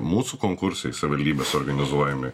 mūsų konkursai savivaldybės organizuojami